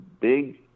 big